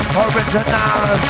original